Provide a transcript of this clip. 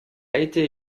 été